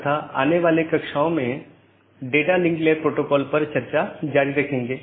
अब हम TCP IP model पर अन्य परतों को देखेंगे